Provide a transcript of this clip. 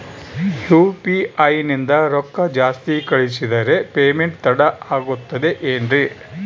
UPI ನಿಂದ ರೊಕ್ಕ ಜಾಸ್ತಿ ಕಳಿಸಿದರೆ ಪೇಮೆಂಟ್ ತಡ ಆಗುತ್ತದೆ ಎನ್ರಿ?